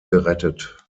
gerettet